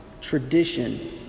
tradition